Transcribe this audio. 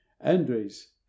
Andres